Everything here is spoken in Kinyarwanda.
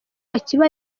akiba